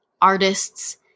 artists